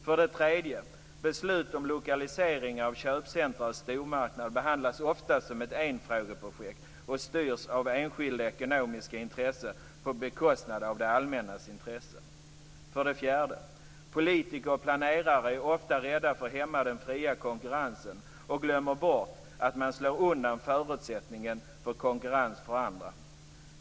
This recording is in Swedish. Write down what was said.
För det tredje: Beslut om lokalisering av köpcentrum och stormarknader behandlas ofta som ett enfrågeprojekt och styrs av enskilda ekonomiska intressen på bekostnad av det allmännas intresse. För det fjärde: Politiker och planerare är ofta rädda för att hämma den fria konkurrensen och glömmer bort att man slår undan förutsättningen för konkurrens för andra.